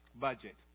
budget